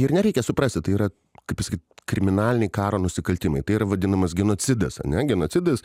ir nereikia suprasti tai yra kaip pasakyt kriminaliniai karo nusikaltimai tai yra vadinamas genocidas genocidas